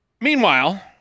Meanwhile